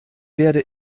werde